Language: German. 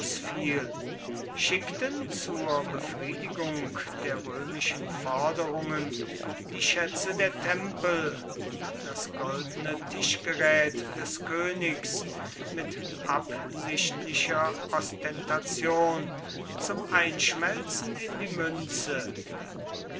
schickten zur befriedigung der römischen forderungen die schätze der tempel und das goldene tischgerät des königs mit absichtlicher ostentation zum einschmelzen in die münze